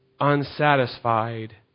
unsatisfied